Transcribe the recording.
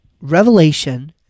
revelation